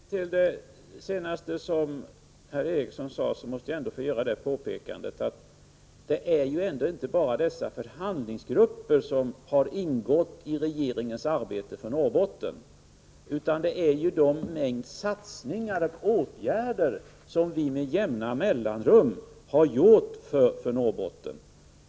Fru talman! Med hänvisning till det senaste som herr Eriksson sade måste jag få göra det påpekandet att det inte bara är dessa förhandlingsgrupper som utgjort regeringens arbete för Norrbotten — där ingår också den mängd satsningar och åtgärder som vi med jämna mellanrum genomfört.